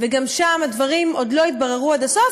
במשימה כזו או אחרת,